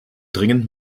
dringend